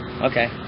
Okay